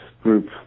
group